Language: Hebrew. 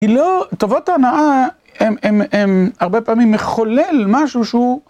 כאילו טובות ההנאה הן הרבה פעמים מחולל משהו שהוא...